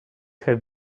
have